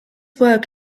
work